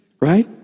right